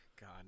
god